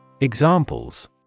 Examples